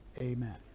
amen